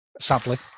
sadly